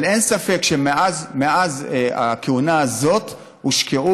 אבל אין ספק שמאז הכהונה הזאת הושקעו